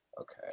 Okay